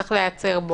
שצריך להיעצר בו.